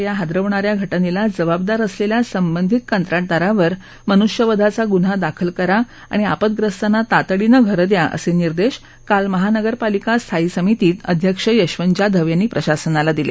या हादरवणा या घटनेला जबाबदार असलेलेल्या संबंधित कंत्राटदारावर मनुष्यवधाचा गुन्हा दाखल करा आणि आपदग्रस्तांना तातडीने घरे द्या असे निर्देश काल महानगरपालिका स्थायी समितीत अध्यक्ष यशवंत जाधव यांनी प्रशासनाला दिले